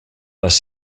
les